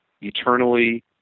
eternally